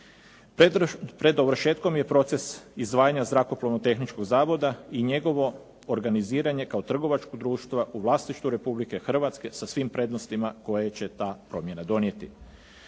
Pred dovršetkom je proces izdvajanja Zrakoplovno-tehničkog zavoda i njegovo organiziranje kao trgovačkog društva u vlasništvu Republike Hrvatske sa svim prednostima koje će ta promjena donijeti.